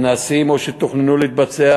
הנעשים או שתוכננו להתבצע,